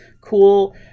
cool